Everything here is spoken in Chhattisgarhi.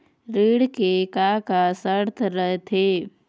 ऋण के का का शर्त रथे?